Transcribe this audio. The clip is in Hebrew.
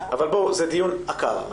אבל בואו, זה דיון עקר.